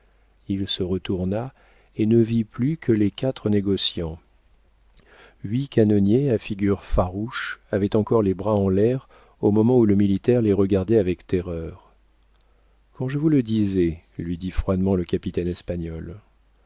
il se retourna et ne vit plus que les quatre négociants huit canonniers à figures farouches avaient encore les bras en l'air au moment où le militaire les regardait avec terreur quand je vous le disais lui dit froidement le capitaine espagnol